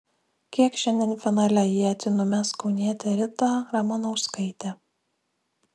kiek šiandien finale ietį numes kaunietė rita ramanauskaitė